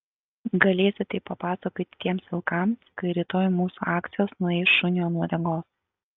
galėsi tai papasakoti tiems vilkams kai rytoj mūsų akcijos nueis šuniui ant uodegos